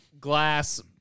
glass